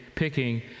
picking